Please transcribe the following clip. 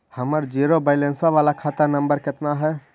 हमर zero balance बाला खाता नम्बर कितना है?